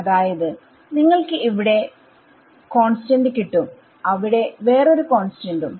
അതായത് നിങ്ങൾക്ക് ഇവിടെ കോൺസ്റ്റന്റ് കിട്ടും അവിടെ വേറൊരു കോൺസ്റ്റന്റും